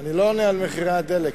אני לא עונה על מחירי הדלק.